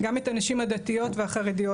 גם את הנשים הדתיות והחרדיות.